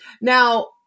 Now